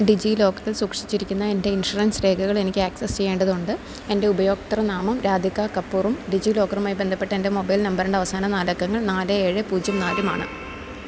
ഡിജിലോക്കറിൽ സൂക്ഷിച്ചിരിക്കുന്ന എൻ്റെ ഇൻഷുറൻസ് രേഖകൾ എനിക്ക് ആക്സസ് ചെയ്യേണ്ടതുണ്ട് എൻ്റെ ഉപയോക്തൃനാമം രാധിക കപൂറും ഡിജിലോക്കറുമായി ബന്ധപ്പെട്ട എൻ്റെ മൊബൈൽ നമ്പറിൻ്റെ അവസാന നാലക്കങ്ങൾ നാല് ഏഴ് പൂജ്യം നാലുമാണ്